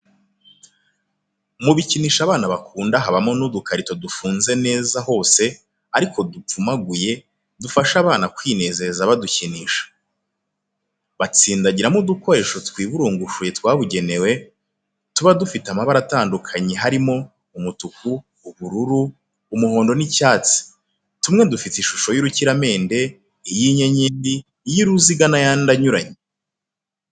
Mu bikinisho abana bakunda habamo n'udukarito dufunze neza hose, ariko dupfumaguye, dufasha abana kwinezeza badukinisha. Batsindagiramo udukoresho twiburungushuye twabugenewe, tuba dufite amabara atandukanye, harimo: umutuku, ubururu, umuhondo n'icyatsi, tumwe dufite ishusho y'urukiramende, iy'inyenyeri, iy'uruziga n'ayandi menshi anyuranye.